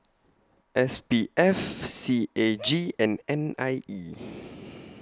S P F C A G and N I E